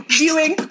viewing